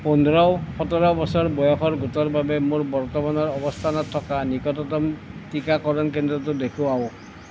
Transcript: পোন্ধৰ সোতৰ বছৰ বয়সৰ গোটৰ বাবে মোৰ বৰ্তমানৰ অৱস্থানত থকা নিকটতম টীকাকৰণ কেন্দ্ৰটো দেখুৱাওক